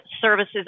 Services